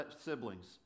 siblings